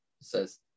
says